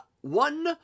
one